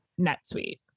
NetSuite